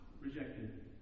rejected